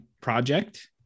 project